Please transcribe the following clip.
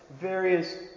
various